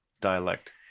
dialect